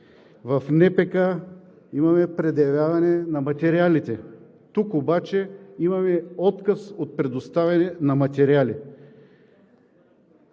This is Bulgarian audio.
В НПК имаме предявяване на материалите. Тук обаче имаме отказ от предоставяне на материали.